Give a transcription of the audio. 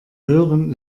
hören